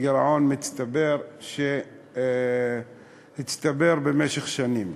גירעון מצטבר שהצטבר במשך שנים.